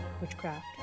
witchcraft